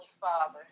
Father